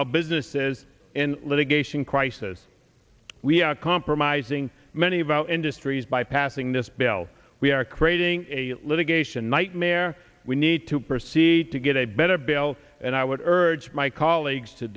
our businesses in litigation crisis we are compromising many about industries by passing this bill we are creating a litigation nightmare we need to proceed to get a better bill and i would urge my colleagues to